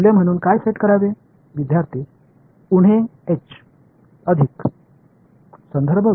மாணவர் கழித்தல் h plus குறிப்பு நேரம் 2114